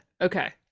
okay